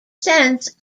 sense